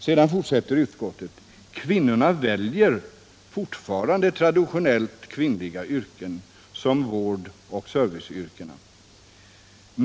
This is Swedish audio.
Sedan fortsätter utskottet: ”Kvinnorna väljer fortfarande traditionellt kvinnliga yrken som vårdoch serviceyrken.